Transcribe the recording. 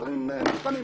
הדברים נבחנים.